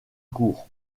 court